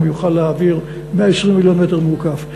והיום הוא יוכל להעביר 120 מיליון מ"ק.